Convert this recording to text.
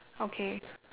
okay